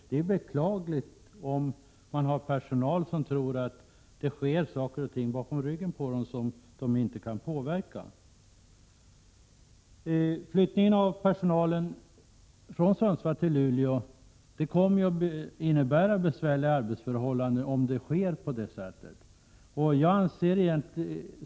Det är beklagligt om det finns personal som tror att det sker saker och ting bakom ryggen på dem som de inte kan påverka. Flyttningen av personal från Sundsvall till Luleå kommer att innebära besvärliga arbetsförhållanden, om det sker som det är tänkt.